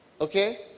Okay